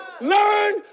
Learn